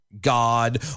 God